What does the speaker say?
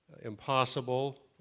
impossible